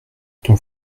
ton